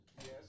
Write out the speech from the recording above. Yes